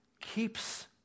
keeps